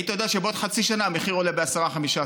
היית יודע שבעוד חצי שנה המחיר עולה ב-10% 15%,